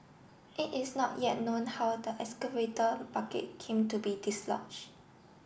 it is not yet known how the excavator bucket came to be dislodged